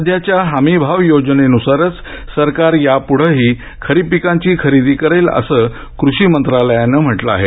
सध्याच्या हमीभाव योजनेनुसारच सरकार यापुढेही खरीप पिकांची खरेदी करेल असं कृषीमंत्रालयानं म्हटलं आहे